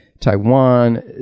Taiwan